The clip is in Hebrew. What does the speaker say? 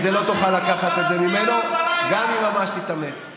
את זה לא תוכל לקחת ממנו גם אם ממש תתאמץ.